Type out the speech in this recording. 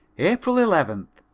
april eleventh.